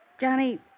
Johnny